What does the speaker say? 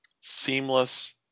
seamless